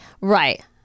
Right